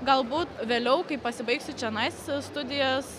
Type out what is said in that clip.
galbūt vėliau kai pasibaigsiu čionais studijas